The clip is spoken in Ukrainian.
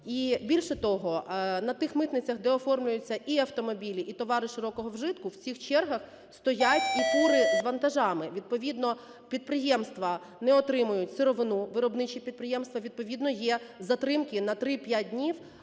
І більше того, на тих митницях, де оформлюються і автомобілі, і товари широкого вжитку, в цих чергах стоять і фури з вантажами. Відповідно підприємства не отримують сировину, виробничі підприємства, відповідно є затримки на 3-5 днів